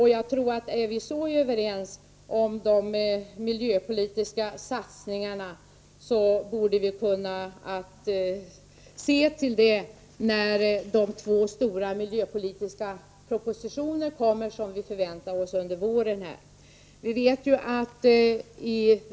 När vi är så överens om de miljöpolitiska satsningarna, borde vi kunna se till det när de två stora miljöpolitiska propositioner kommer som vi förväntar oss under våren.